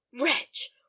Wretch